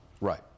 Right